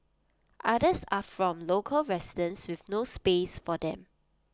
others are from local residents with no space for them